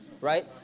right